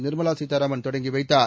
நிர்மலா சீதாராமன் தொடங்கி வைத்தார்